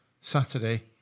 Saturday